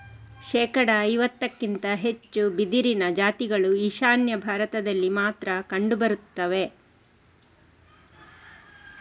ಶೇಕಡಾ ಐವತ್ತಕ್ಕಿಂತ ಹೆಚ್ಚು ಬಿದಿರಿನ ಜಾತಿಗಳು ಈಶಾನ್ಯ ಭಾರತದಲ್ಲಿ ಮಾತ್ರ ಕಂಡು ಬರ್ತವೆ